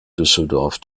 düsseldorf